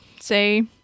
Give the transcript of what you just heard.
say